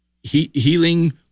Healing